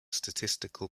statistical